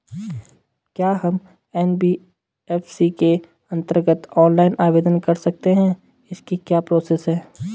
क्या हम एन.बी.एफ.सी के अन्तर्गत ऑनलाइन आवेदन कर सकते हैं इसकी क्या प्रोसेस है?